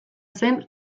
zen